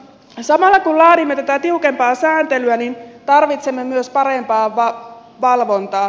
samalla kun laadimme tätä tiukempaa sääntelyä tarvitsemme myös parempaa valvontaa